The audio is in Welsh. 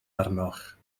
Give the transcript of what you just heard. arnoch